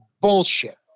bullshit